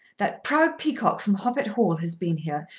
that proud peacock from hoppet hall has been here,